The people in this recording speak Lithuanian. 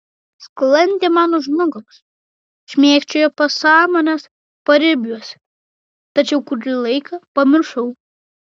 sklandė man už nugaros šmėkščiojo pasąmonės paribiuose tačiau kurį laiką pamiršau